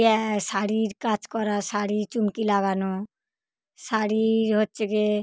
ব্য শাড়ির কাজ করা শাড়ি চুমকি লাগানো শাড়ির হচ্ছে গে